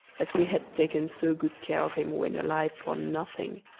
as we had taken so good care of him when alive for nothing.